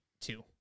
two